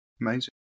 Amazing